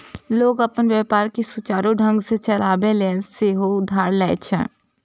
लोग अपन व्यापार कें सुचारू ढंग सं चलाबै लेल सेहो उधार लए छै